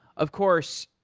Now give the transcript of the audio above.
of course,